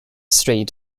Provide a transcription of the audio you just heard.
street